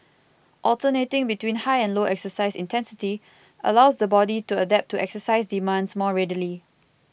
alternating between high and low exercise intensity allows the body to adapt to exercise demands more readily